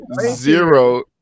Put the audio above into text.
Zero